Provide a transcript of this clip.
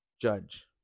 judge